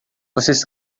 vocês